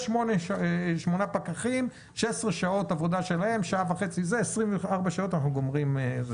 8 פקחים, 16 שעות עבודה שלהם, 24 שעות מסיימים.